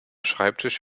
schreibtisch